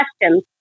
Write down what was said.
questions